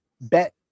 bet